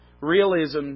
realism